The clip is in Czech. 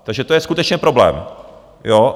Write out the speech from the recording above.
Takže to je skutečně problém, ano?